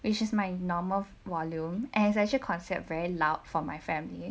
which is my normal volume and is actually considered very loud for my family